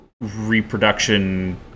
reproduction